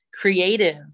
creative